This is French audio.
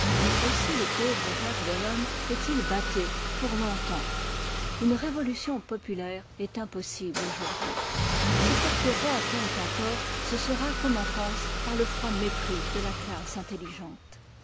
aussi le pauvre jacques bonhomme est-il bâté pour longtemps une révolution populaire est impossible aujourd'hui si quelques rois tombent encore ce sera comme en france par le froid mépris de la classe intelligente